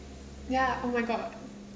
ya oh my god